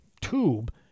tube